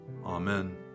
Amen